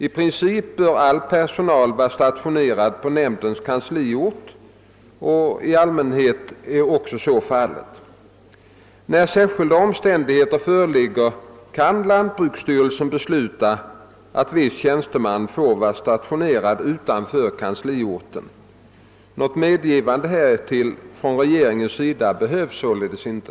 I princip bör all personal vara stationerad på nämndens kansliort och i allmänhet är så också fallet. När särskilda omständigheter föreligger kan lantbruksstyrelsen besluta att viss tjänste man får vara stationerad utanför kansliorten. Något medgivande härtill från regeringens sida behövs således inte.